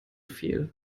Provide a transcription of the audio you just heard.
viel